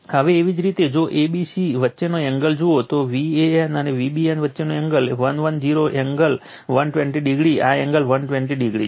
હવે એવી જ રીતે જો a b અને c વચ્ચેનો એંગલ જુઓ તો Van અને Vbn વચ્ચેનો એંગલ 110 એંગલ 120o આ એંગલ 120o છે